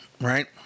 right